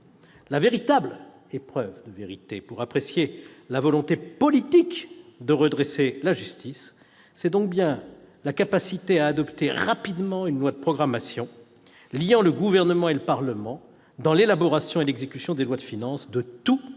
La véritable épreuve de vérité permettant d'apprécier la volonté politique de redresser la justice est donc bien la capacité à adopter rapidement une loi de programmation liant le Gouvernement et le Parlement dans l'élaboration et l'exécution des lois de finances de tout